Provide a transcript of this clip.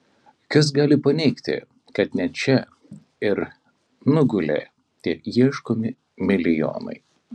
kas gali paneigti kad ne čia ir nugulė tie ieškomi milijonai